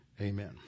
Amen